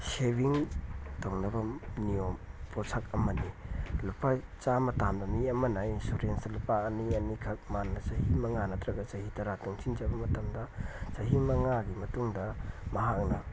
ꯁꯦꯕꯤꯡ ꯇꯧꯅꯕ ꯅꯤꯌꯣꯝ ꯄꯣꯠꯁꯛ ꯑꯃꯅꯤ ꯂꯨꯄꯥ ꯆꯥꯝꯃ ꯇꯥꯟꯕ ꯃꯤ ꯑꯃꯅ ꯏꯟꯁꯨꯔꯦꯟꯁꯇ ꯂꯨꯄꯥ ꯑꯅꯤ ꯑꯅꯤꯈꯛ ꯃꯥꯅ ꯆꯍꯤ ꯃꯉꯥ ꯅꯠꯇ꯭ꯔꯒ ꯆꯍꯤ ꯇꯔꯥ ꯇꯨꯡꯁꯤꯟꯖꯕ ꯃꯇꯝꯗ ꯆꯍꯤ ꯃꯉꯥꯒꯤ ꯃꯇꯨꯡꯗ ꯃꯍꯥꯛꯅ